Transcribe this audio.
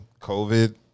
COVID